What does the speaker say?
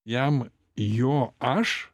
jam jo aš